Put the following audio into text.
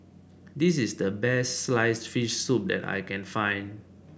this is the best sliced fish soup that I can find